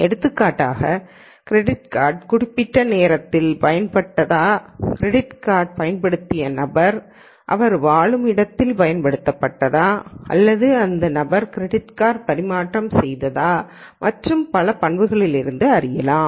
எடுத்துக்காட்டாக credit card குறிப்பிட்ட நேரத்தில் பயன்படுத்தப்பட்டதா கிரெடிட் கார்டு பயன்படுத்திய நபர் அவர் வாழும் இடத்தில் பயன்படுத்தப்பட்டதா அல்லது அந்த நபர் கிரெடிட் கார்டு பரிமாற்றம் செய்ததா மற்றும் பல பண்புகளிலிருந்தும் அறியலாம்